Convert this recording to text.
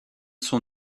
sont